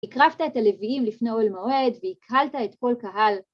‫הקרבת את הלווים לפני אוהל מועד, ‫והקהלת את כל קהל.